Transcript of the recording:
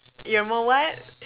you're more what